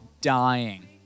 dying